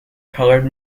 colored